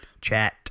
chat